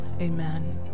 amen